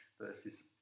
versus